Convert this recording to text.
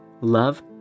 love